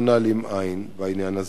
לא נעלים עין בעניין הזה.